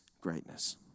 greatness